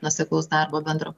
nuoseklaus darbo bendro